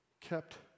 kept